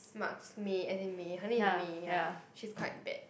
Marks May as in May her name is May ya she's quite bad